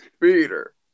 Peter